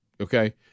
okay